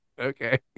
Okay